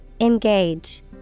Engage